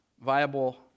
viable